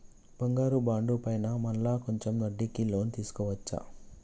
బంగారు బాండు పైన మళ్ళా కొంచెం వడ్డీకి లోన్ తీసుకోవచ్చా?